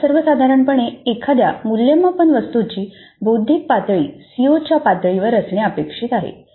आता सर्वसाधारणपणे एखाद्या मूल्यमापन वस्तूची बौद्धिक पातळी सीओच्या पातळीवर असणे अपेक्षित आहे